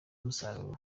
umusaruro